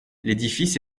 l’édifice